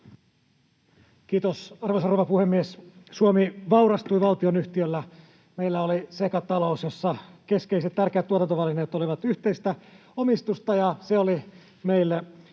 Kiitos, arvoisa rouva puhemies! Suomi vaurastui valtionyhtiöillä. Meillä oli sekatalous, jossa keskeiset tärkeät tuotantovälineet olivat yhteistä omistusta, ja se oli meille